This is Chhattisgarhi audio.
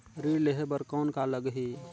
ऋण लेहे बर कौन का लगही?